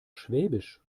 schwäbisch